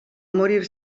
morir